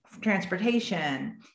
transportation